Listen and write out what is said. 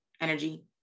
energy